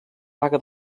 vaga